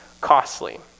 Costly